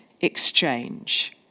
exchange